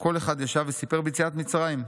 כל אחד ישב וסיפר ביציאת מצרים,